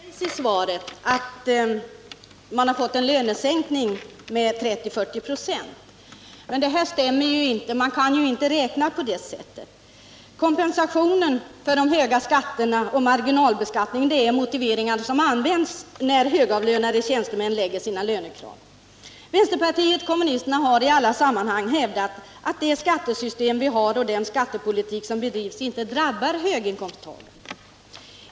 Herr talman! Det hävdas i svaret att chefstjänstemännen hade fått en reallönesänkning med 30-40 26. Det stämmer inte; man kan ju inte räkna på det sättet. Kompensationen för de höga skatterna och marginalbeskattningen är motiveringar som används när högavlönade tjänstemän lägger fram sina lönekrav. Vänsterpartiet kommunisterna har i alla sammanhang hävdat att det skattesystem vi har och den skattepolitik som bedrivs inte drabbar höginkomsttagare.